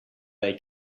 they